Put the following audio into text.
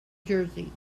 jersey